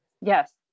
Yes